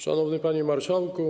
Szanowny Panie Marszałku!